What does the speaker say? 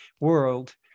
world